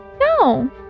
No